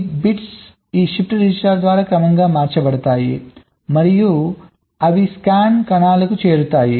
ఈ బిట్స్ ఈ shift register ద్వారా క్రమంగా మార్చబడతాయి మరియు అవి ఈ స్కాన్ కణాలకు చేరుతాయి